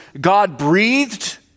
God-breathed